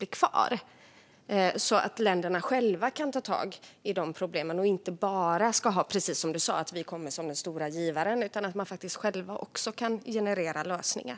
På så vis skulle länderna själva kunna ta tag i problemen och inte bara få bistånd när vi, som du sa, kommer som den stora givaren. De kan i stället själva generera lösningar.